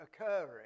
occurring